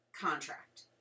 contract